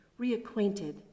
reacquainted